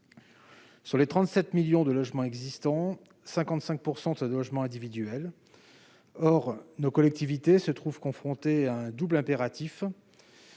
Sur les 37 millions de logements existants, 55 % sont des logements individuels. Or nos collectivités territoriales se trouvent confrontées à un double impératif